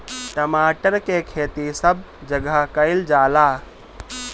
टमाटर के खेती सब जगह कइल जाला